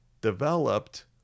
developed